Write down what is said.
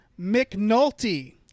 McNulty